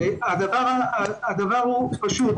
הדבר פשוט,